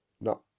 no